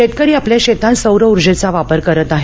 शेतकरी आपल्या शेतात सौर उर्जेचा वापर करत आहेत